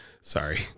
Sorry